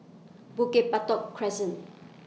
Bukit Batok Crescent